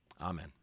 Amen